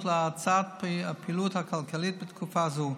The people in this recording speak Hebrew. להאצת הפעילות הכלכלית בתקופה זו.